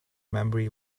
memory